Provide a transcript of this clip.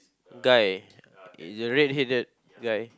guy the red headed guy